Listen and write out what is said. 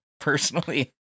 personally